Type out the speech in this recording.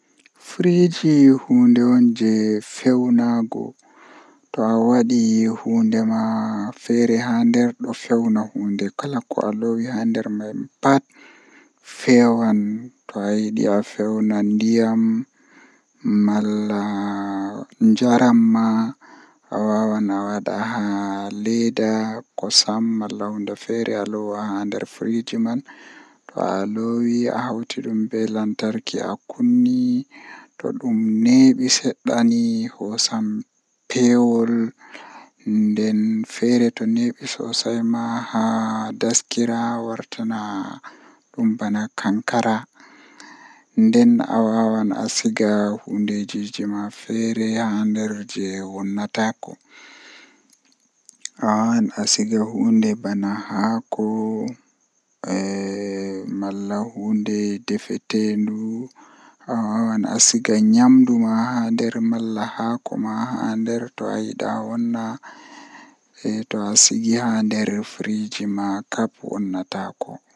Eh hunde fijuki jei bingel jei mi burdaa yiduki kanjum woni haa wodi fijide mootaaji jei be hawrata be gongonji madaraaji do woodi nobe fiyirta dum warta bvana moota kanjum mi burdaa yiduki, Wakkati mi bingel.